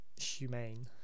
humane